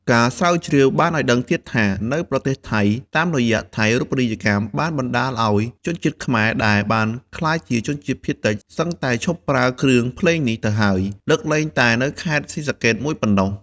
ការស្រាវជ្រាវបានឲ្យដឹងទៀតថា នៅប្រទេសថៃ តាមរយៈថៃរូបនីយកម្មបានបណ្តាលឲ្យជនជាតិខ្មែរដែលបានក្លាយជាជនជាតិភាគតិចសឹងតែឈប់ប្រើគ្រឿងភ្លេងនេះទៅហើយ លើកលែងតែនៅខេត្តស៊ីសាកេតមួយប៉ុណ្ណោះ។